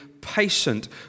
patient